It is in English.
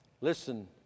listen